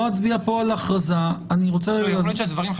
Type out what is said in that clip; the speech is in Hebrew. אצביע פה על הכרזה --- יכול שהדברים,